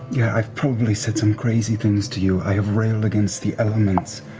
yeah, i've probably said some crazy things to you. i have railed against the elements.